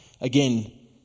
again